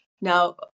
Now